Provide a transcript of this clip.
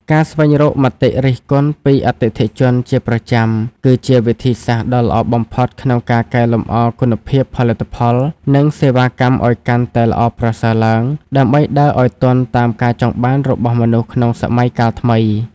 ការស្វែងរកមតិរិះគន់ពីអតិថិជនជាប្រចាំ គឺជាវិធីសាស្ត្រដ៏ល្អបំផុតក្នុងការកែលម្អគុណភាពផលិតផល និងសេវាកម្មឱ្យកាន់តែល្អប្រសើរឡើង ដើម្បីដើរឱ្យទាន់តាមការចង់បានរបស់មនុស្សក្នុងសម័យកាលថ្មី។